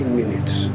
minutes